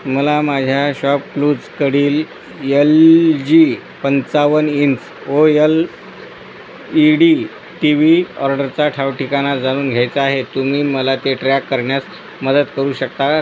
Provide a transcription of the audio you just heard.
मला माझ्या शॉपक्लूजकडील एल जी पंचावन्न inch O L E D T V ऑर्डरचा ठावठिकाणा जाणून घ्यायचा आहे तुम्ही मला ते ट्रॅक करण्यास मदत करू शकता